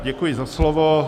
Děkuji za slovo.